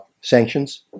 sanctions